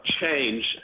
change